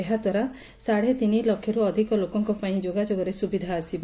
ଏହାଦ୍ୱାରା ସାତେ ତିନି ଲକ୍ଷରୁ ଅଧିକ ଲୋକଙ୍କ ଯୋଗାଯୋଗରେ ସୁବିଧା ଆସିବ